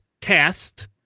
cast